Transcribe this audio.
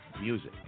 music